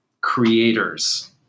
creators